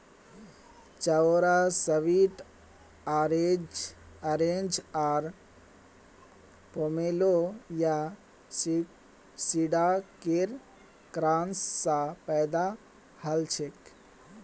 चकोतरा sweet orange आर pomelo या शैडॉकेर क्रॉस स पैदा हलछेक